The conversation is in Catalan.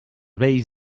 vells